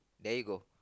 there you go